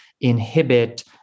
inhibit